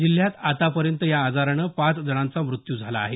जिल्ह्यात आतापर्यंत या आजारानं पाच जणांचा मृत्यू झाला आहे